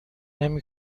نمی